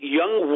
young